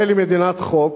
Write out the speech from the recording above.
ישראל היא מדינת חוק,